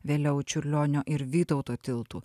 vėliau čiurlionio ir vytauto tiltų